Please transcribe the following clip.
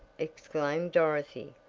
exclaimed dorothy,